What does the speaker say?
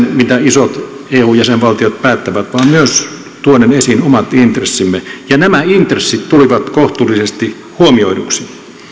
mitä isot eu jäsenvaltiot päättävät vaan myös tuoden esiin omat intressimme ja nämä intressit tulivat kohtuullisesti huomioiduiksi